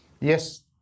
yes